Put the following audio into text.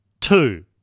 two